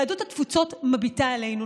יהדות התפוצות מביטה עלינו,